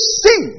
see